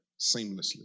seamlessly